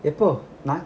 எப்போ நா:epo naa